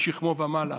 משכמו ומעלה,